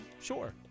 Sure